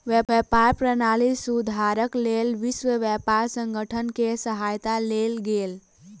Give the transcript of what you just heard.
व्यापार प्रणाली सुधारक लेल विश्व व्यापार संगठन के सहायता लेल गेल